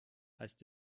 heißt